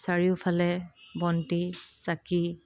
চাৰিওফালে বন্তি চাকি